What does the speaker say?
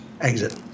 exit